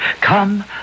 come